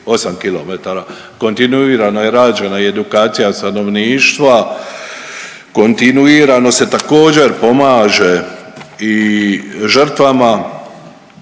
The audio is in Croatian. km. Kontinuirano je rađena i edukacija stanovništva, kontinuirano se također pomaže i žrtvama